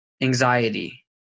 anxiety